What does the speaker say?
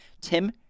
Tim